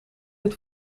het